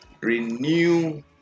renew